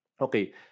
Okay